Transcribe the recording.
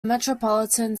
metropolitan